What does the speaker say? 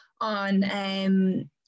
on